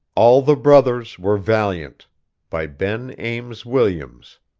all the brothers were valiant by ben ames williams